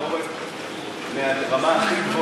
גם לי יש נתונים מפיקוד העורף מהרמה הכי גבוהה,